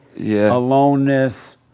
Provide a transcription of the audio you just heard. aloneness